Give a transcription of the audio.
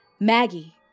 Maggie